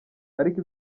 ariko